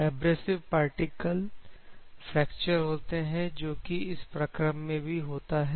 abrasive particle fracture होते हैं जो कि इस प्रक्रम में भी होता है